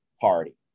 party